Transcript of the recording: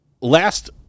last